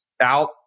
out